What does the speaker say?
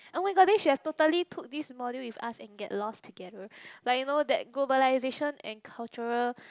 oh-my-god then should have totally took this module with us and get lost together like you know that globalization and cultural